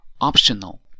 optional